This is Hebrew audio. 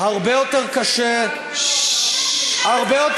הרבה יותר קשה, זה קל, זה קל מאוד.